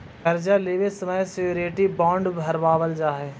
कर्जा लेवे समय श्योरिटी बॉण्ड भरवावल जा हई